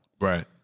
Right